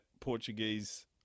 Portuguese